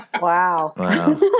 Wow